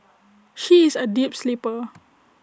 she is A deep sleeper